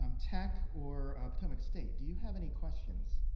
um tech or potomac state, do you have any questions?